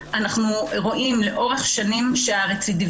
אבל אני רוצה להביא לשולחנכם פנייה של לשכת עורכי